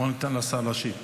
בואו ניתן לשר להשיב.